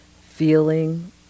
feeling